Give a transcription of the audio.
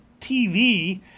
TV